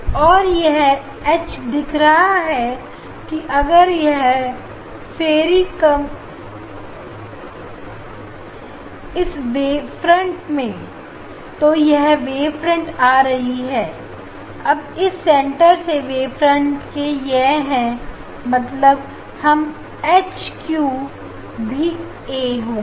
और यह एच दिखा रहा है की अगर इस फेयरी कल कमजोर है तो यह वेवफ्रंट आ रही है अब इस सेंटर से वेवफ्रंट के यह है मतलब यह एच क्यू भी ए होगा